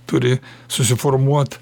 turi susiformuot